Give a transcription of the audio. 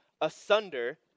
asunder